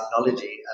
technology